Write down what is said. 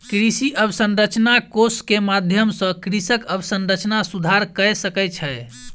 कृषि अवसंरचना कोष के माध्यम सॅ कृषक अवसंरचना सुधार कय सकै छै